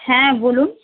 হ্যাঁ বলুন